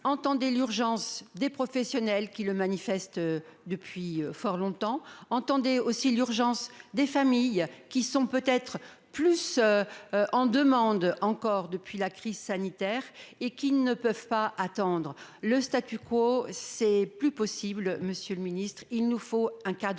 Entendez l'urgence des professionnels, qui la proclament depuis fort longtemps ! Entendez aussi l'urgence des familles, qui sont peut-être plus en demande encore depuis la crise sanitaire et qui ne peuvent pas attendre ! Le n'est plus possible, il nous faut un cadre